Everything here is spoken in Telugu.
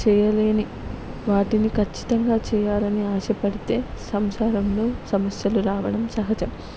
చేయలేని వాటిని ఖచ్చితంగా చెయ్యాలని ఆశపడితే సంసారంలో సమస్యలు రావడం సహజం